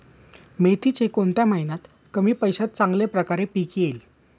मेथीचे कोणत्या महिन्यात कमी पैशात चांगल्या प्रकारे पीक येईल?